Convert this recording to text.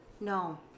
No